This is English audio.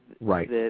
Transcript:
Right